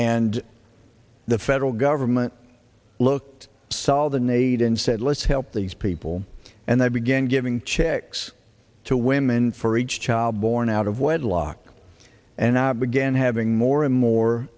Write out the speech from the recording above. and the federal government looked saw the need and said let's help these people and i began giving checks to women for each child born out of wedlock and i began having more and more